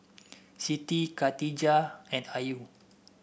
Siti Katijah and Ayu